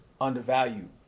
undervalued